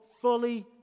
fully